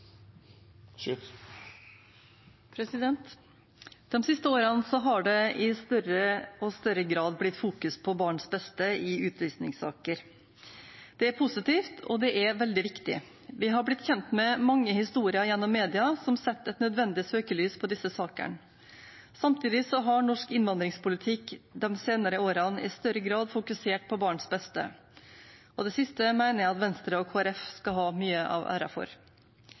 siste årene har det i større og større grad blitt fokusert på barns beste i utvisningssaker. Det er positivt, og det er veldig viktig. Vi har blitt kjent med mange historier gjennom media som setter et nødvendig søkelys på disse sakene. Samtidig har norsk innvandringspolitikk de senere årene i større grad fokusert på barnets beste. Og det siste mener jeg at Venstre og Kristelig Folkeparti skal ha mye av æren for.